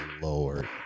lord